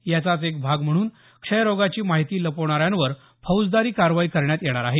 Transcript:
याचाच एक भाग म्हणून क्षयरोगाची माहिती लपवणाऱ्यांवर फौजदारी कारवाई करण्यात येणार आहे